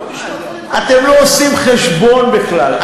אתם לא עושים חשבון בכלל,